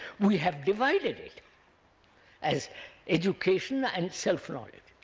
we have divided it as education and self-knowledge.